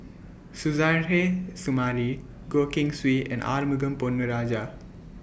Suzairhe Sumari Goh Keng Swee and Arumugam Ponnu Rajah